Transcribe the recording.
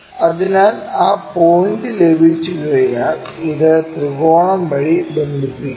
അതിനാൽ ആ പോയിന്റ് ലഭിച്ചുകഴിഞ്ഞാൽ ഇത് ത്രികോണം വഴി ബന്ധിപ്പിക്കുക